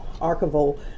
archival